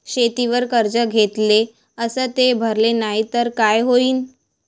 शेतीवर कर्ज घेतले अस ते भरले नाही तर काय होईन?